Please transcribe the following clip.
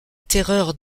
terreur